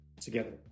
together